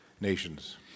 nations